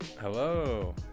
Hello